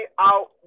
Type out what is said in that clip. out